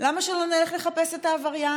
למה שלא נלך לחפש את העבריין?